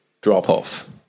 drop-off